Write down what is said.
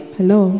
Hello